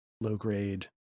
low-grade